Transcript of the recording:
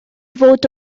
fod